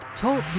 Talk